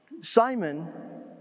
Simon